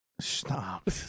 Stop